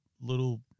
little